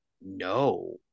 No